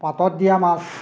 পাতত দিয়া মাছ